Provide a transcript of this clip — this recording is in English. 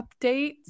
updates